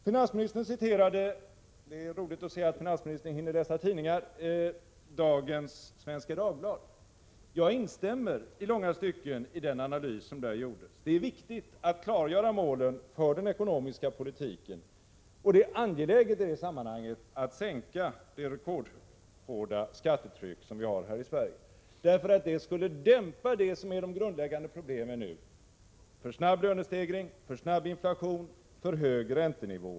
Finansministern citerade — det är roligt att se att finansministern hinner läsa tidningar — dagens nummer av Svenska Dagbladet. Jag instämmer i långa stycken i den analys som där görs. Det är viktigt att klargöra målen för den ekonomiska politiken. Och i det sammanhanget är det angeläget att sänka det rekordhöga skattetryck som vi har här i Sverige, därför att det skulle dämpa det som nu är de grundläggande problemen: för snabb lönestegring, för snabb inflation, för hög räntenivå.